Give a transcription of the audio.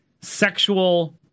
sexual